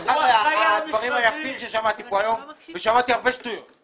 זה אחד הדברים ששמעתי כאן היום ושמעתי הרבה שטויות.